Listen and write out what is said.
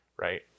right